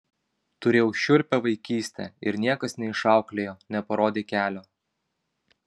turėjau šiurpią vaikyste ir niekas neišauklėjo neparodė kelio